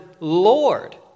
Lord